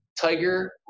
Tiger